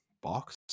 box